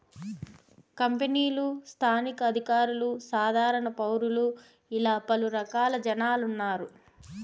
కంపెనీలు స్థానిక అధికారులు సాధారణ పౌరులు ఇలా పలు రకాల జనాలు ఉన్నారు